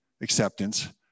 acceptance